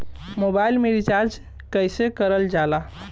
Mobile में recharge कइसे करल जाला?